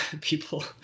people